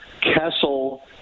Kessel